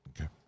Okay